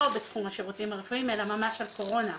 בתחום השירותים הרפואיים אלא ממש בתחום הקורונה.